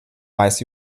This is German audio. weiß